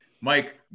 Mike